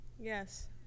yes